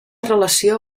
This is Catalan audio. relació